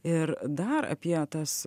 ir dar apie tas